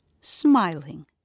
smiling